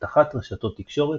אבטחת רשתות תקשורת,